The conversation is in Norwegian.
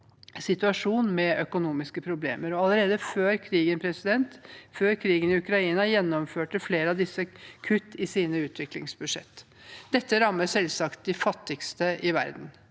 situasjon med økonomiske problemer. Allerede før krigen i Ukraina gjennomførte flere av disse kutt i sine utviklingsbudsjetter. Dette rammer selvsagt de fattigste i verden.